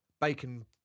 bacon